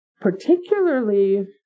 Particularly